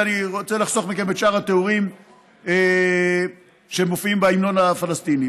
ואני רוצה לחסוך מכם את שאר התיאורים שמופיעים בהמנון הפלסטיני.